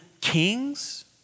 kings